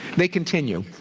they continue.